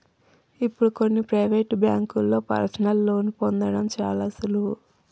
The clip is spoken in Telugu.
ఇప్పుడు కొన్ని ప్రవేటు బ్యేంకుల్లో పర్సనల్ లోన్ని పొందడం చాలా సులువు